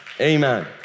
amen